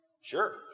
Sure